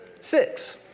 Six